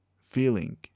feeling